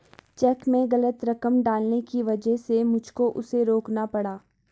check में गलत रकम डालने की वजह से मुझको उसे रोकना पड़ा